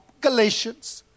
Galatians